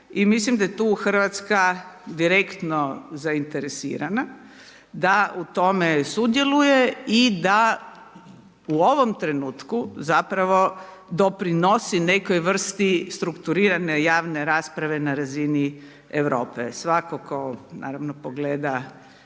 i mislim da je tu Hrvatska direktno zainteresirana da u tome sudjeluje i da u ovom trenutku zapravo doprinosi nekoj vrsti strukturirane javne rasprave na razini Europe, svako ko naravno pogleda